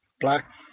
black